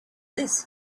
this